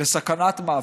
לסכנת מוות.